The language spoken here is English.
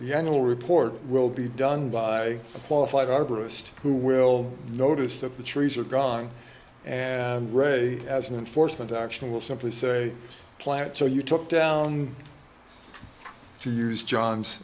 the animal report will be done by a qualified arborist who will notice that the trees are gone and ray as an enforcement action will simply say plant so you took down two years john's